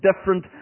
different